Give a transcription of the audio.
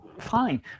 fine